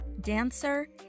dancer